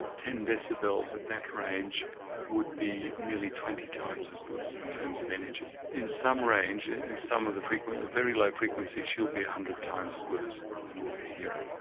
ten decibels at that range would be nearly twenty times as good in terms of energy. in some range, and in some of the frequencies, very low frequencies she'll be one ah hundred times as good as an ordinary hearer.